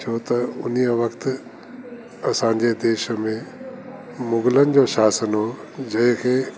छो त उन्हीअ वक़्तु असांजे देश में मुगलनि जो शासन हो जंहिंखे